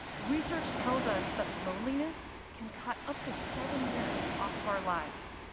research tells us that loneliness can cut up to seven years off of our lives.